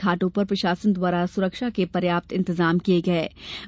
घाटों पर प्रशासने द्वारा सुरक्षा के पर्याप्त इंतजाम किये गये थे